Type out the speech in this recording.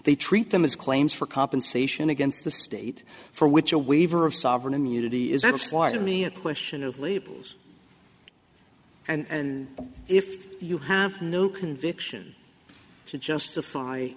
they treat them as claims for compensation against the state for which a waiver of sovereign immunity is that is why do me a question of labels and if you have no conviction to justify